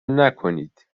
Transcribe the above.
نکنید